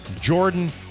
Jordan